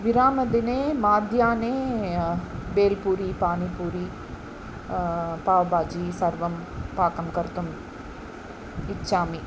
विरामदिने मध्याह्ने बेल्पूरि पानिपूरि पाव्बाजि सर्वं पाकं कर्तुम् इच्छामि